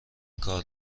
کار